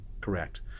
Correct